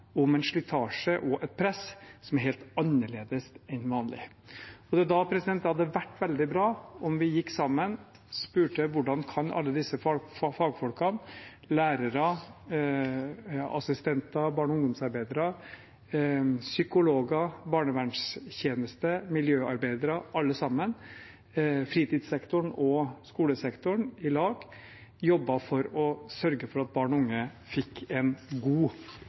om psykiske problemer, om en slitasje og et press som er helt annerledes enn vanlig. Det er da det hadde vært veldig bra om vi gikk sammen og spurte hvordan alle disse fagfolkene – lærere, assistenter, barne- og ungdomsarbeidere, psykologer, barnevernstjeneste, miljøarbeidere, fritidssektoren og skolesektoren i lag – alle sammen – kan jobbe for å sørge for at barn og unge får en god